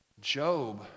Job